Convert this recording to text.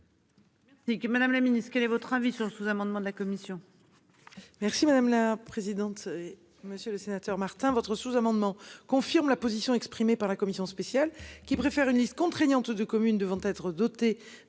Madame la Ministre quel est votre avis sur le sous-amendement de la commission.